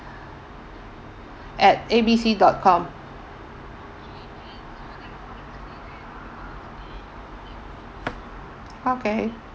at A B C dot com okay